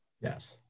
Yes